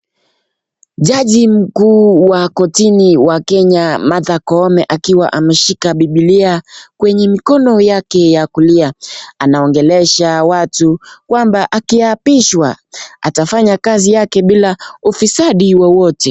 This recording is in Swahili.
Jaji mkuu wa kortini wa Kenya Martha Koome akiwa ameshika bibilia kwenye mikono yake ya kulia, anaongelesha watu kwamba akiapishwa atafanya kazi yake bila ufisadi wowote.